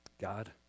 God